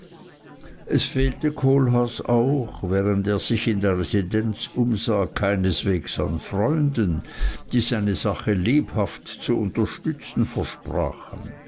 es fehlte kohlhaas auch während er sich in der residenz umsah keineswegs an freunden die seine sache lebhaft zu unterstützen versprachen